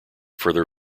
further